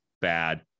bad